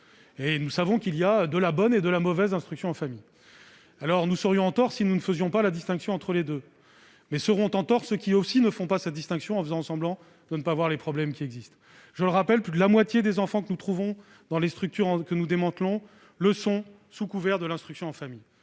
Nous savons qu'il y a de la bonne et de la mauvaise instruction en famille, et nous serions en tort si nous ne faisions pas la distinction entre les deux. Seront en tort tous ceux qui ne font pas cette distinction en faisant semblant de ne pas voir les problèmes. Plus de la moitié des enfants qui fréquentent les structures que nous démantelons les fréquentent sous couvert de l'instruction en famille.